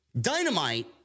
Dynamite